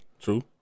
True